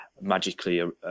magically